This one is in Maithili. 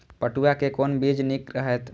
पटुआ के कोन बीज निक रहैत?